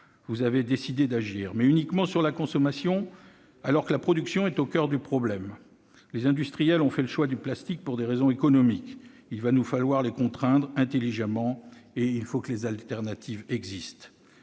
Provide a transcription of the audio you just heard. vous avez décidé d'agir, mais uniquement sur la consommation, alors que la production est au coeur du problème : les industriels ont fait le choix du plastique pour des raisons économiques, et il va nous falloir les contraindre intelligemment, lorsque des alternatives existent.